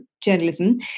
journalism